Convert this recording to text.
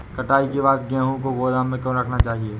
कटाई के बाद गेहूँ को गोदाम में क्यो रखना चाहिए?